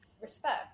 Respect